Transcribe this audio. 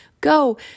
go